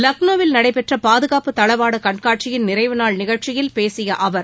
லக்னோவில் நடைபெற்ற பாதுகாப்பு தளவாட கண்காட்சியின் நிறைவு நாள் நிகழ்ச்சியில் பேசிய அவர்